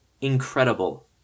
incredible